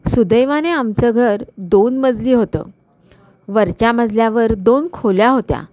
सुदैवाने आमचं घर दोन मजली होतं वरच्या मजल्यावर दोन खोल्या होत्या